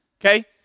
Okay